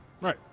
Right